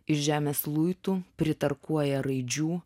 iš žemės luitų pritarkuoja raidžių